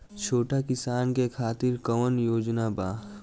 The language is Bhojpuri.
छोटा किसान के खातिर कवन योजना बा?